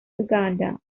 uganda